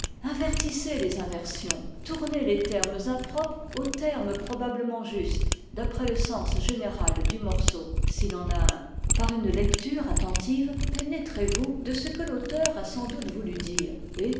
invertissez les inversions tournez les termes impropres aux termes probablement justes d'après le sens général du morceau s'il en a un par une lecture attentive pénétrez vous de ce que l'auteur a sans doute voulu dire et